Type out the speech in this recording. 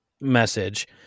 message